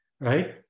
right